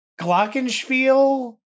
Glockenspiel